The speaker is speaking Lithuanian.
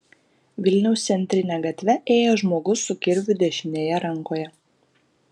vilniaus centrine gatve ėjo žmogus su kirviu dešinėje rankoje